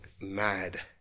mad